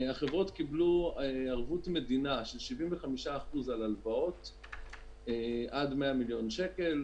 החברות קיבלו ערבות מדינה של 75% על הלוואות עד 100 מיליון שקל.